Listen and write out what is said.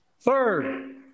Third